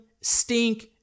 stink